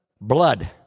blood